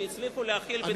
שהן הצליחו להכיל בתוכן,